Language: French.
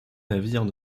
navires